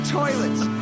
toilets